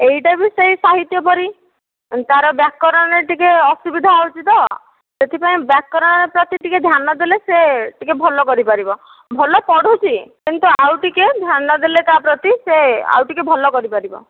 ଏଇଟା ବି ସେହି ସାହିତ୍ୟ ପରି ତା ର ବ୍ୟାକରଣରେ ଟିକେ ଅସୁବିଧା ହେଉଛି ତ ସେଥିପାଇଁ ବ୍ୟାକରଣ ପ୍ରତି ଟିକେ ଧ୍ୟାନ ଦେଲେ ସେ ଟିକେ ଭଲ କରିପାରିବ ଭଲ ପଢୁଛି କିନ୍ତୁ ଆଉ ଟିକେ ଧ୍ୟାନ ଦେଲେ ତା ପ୍ରତି ସେ ଆଉ ଟିକେ ଭଲ କରିପାରିବ